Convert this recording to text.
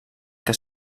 que